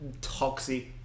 toxic